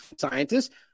scientists